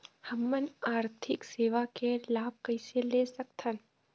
हमन आरथिक सेवा के लाभ कैसे ले सकथन?